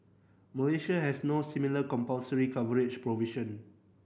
Malaysia has no similar compulsory coverage provision